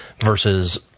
versus